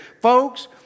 Folks